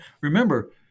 Remember